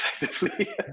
effectively